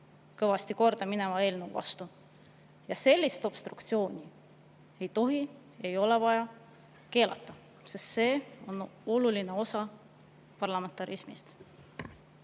kõvasti korda mineva eelnõu vastu. Ja sellist obstruktsiooni ei tohi ega ole vaja keelata, sest see on oluline osa parlamentarismist.